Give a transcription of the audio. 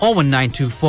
01924